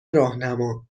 راهنما